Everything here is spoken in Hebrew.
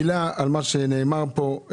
מילה על מה שנאמר פה.